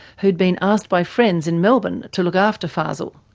who had been asked by friends in melbourne to look after fazel.